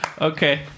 Okay